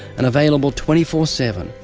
and available twenty four seven.